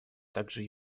также